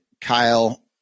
Kyle